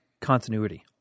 continuity